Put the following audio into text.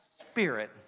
spirit